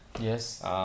Yes